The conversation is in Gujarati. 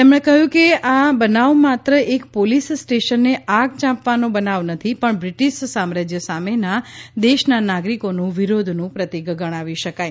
તેમણે કહ્યું કે આ બનાવ માત્ર એક પોલીસ સ્ટેશનને આગ ચાંપવાનો બનાવ નથી પણ બ્રિટિશ સામ્રાજ્ય સામેના દેશના નાગરિકોનું વિરોધનું પ્રતિક ગણાવી શકાય